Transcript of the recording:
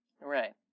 Right